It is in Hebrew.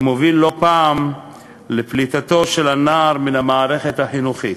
המוביל לא פעם לפליטתו של הנער מן המערכת החינוכית.